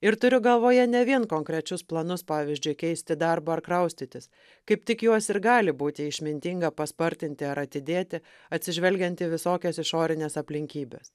ir turiu galvoje ne vien konkrečius planus pavyzdžiui keisti darbą ar kraustytis kaip tik juos ir gali būti išmintinga paspartinti ar atidėti atsižvelgiant į visokias išorines aplinkybes